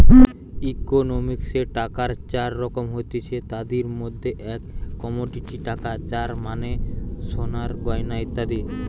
ইকোনমিক্সে টাকার চার রকম হতিছে, তাদির মধ্যে এক কমোডিটি টাকা যার মানে সোনার গয়না ইত্যাদি